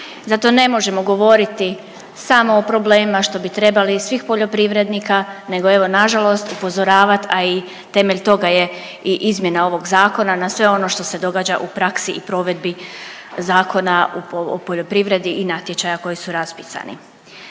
Zato ne možemo govoriti samo o problemima što bi trebali i svih poljoprivrednika nego evo nažalost upozoravat, a i temelj toga je i izmjena ovog zakona na sve ono što se događa u praksi i provedbi Zakona o poljoprivredi i natječaja koji su raspisani.